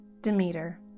Demeter